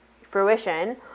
fruition